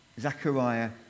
Zechariah